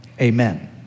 Amen